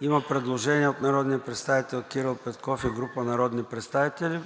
Има предложение от народния представител Кирил Петков и група народни представители